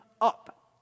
Up